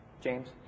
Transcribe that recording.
James